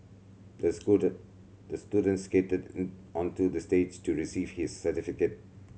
the the student skated onto the stage to receive his certificate